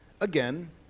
Again